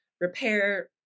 repair